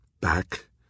back